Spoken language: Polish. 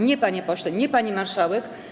Nie, panie pośle - nie „pani marszałek”